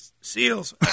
SEALs